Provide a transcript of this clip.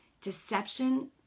deception